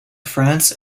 france